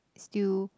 still